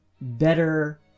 better